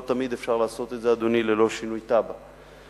לא תמיד אפשר לעשות זאת ללא שינוי תב"ע,